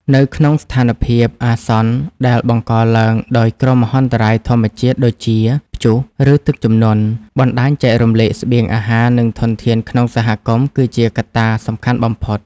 នៅក្នុងស្ថានភាពអាសន្នដែលបង្កឡើងដោយគ្រោះមហន្តរាយធម្មជាតិដូចជា ព្យុះ ឬទឹកជំនន់ បណ្ដាញចែករំលែកស្បៀងអាហារ និងធនធានក្នុងសហគមន៍គឺជាកត្តាសំខាន់បំផុត។